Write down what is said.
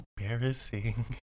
embarrassing